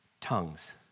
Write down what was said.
Tongues